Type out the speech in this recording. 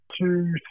two